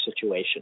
situation